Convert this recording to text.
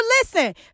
listen